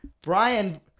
Brian